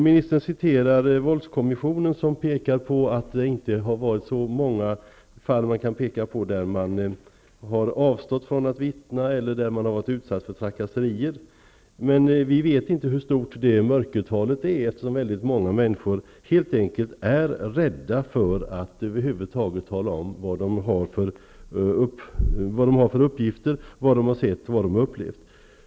Ministern citerade våldskommissionen, som påpekar att det inte har varit så många fall där man har avstått från att vittna eller där man har varit utsatt för trakasserier. Men vi vet inte hur stort mörkertalet är, eftersom väldigt många människor helt enkelt är rädda för att över huvud taget tala om de uppgifter som de har -- vad de har sett och vad de har upplevt.